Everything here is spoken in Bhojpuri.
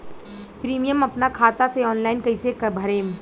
प्रीमियम अपना खाता से ऑनलाइन कईसे भरेम?